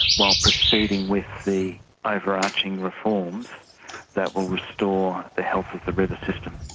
while proceeding with the overarching reforms that will restore the health of the river system.